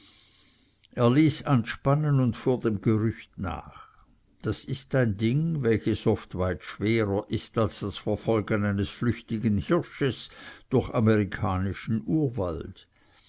er ließ anspannen und fuhr dem gerücht nach das ist ein ding welches oft weit schwerer ist als das verfolgen eines flüchtigen hirsches durch amerikanischen urwald